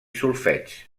solfeig